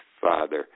father